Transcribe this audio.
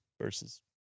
Versus